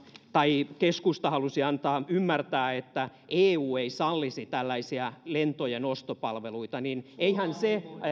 tai keskusta halusi antaa ymmärtää että eu ei sallisi tällaisia lentojen ostopalveluita niin eihän se